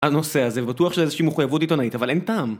הנושא הזה בטוח שזה מחויבות עיתונאית אבל אין טעם